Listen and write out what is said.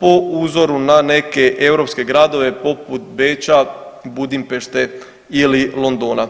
po uzoru na neke Europske gradove poput Beča, Budimpešte ili Londona.